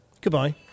Goodbye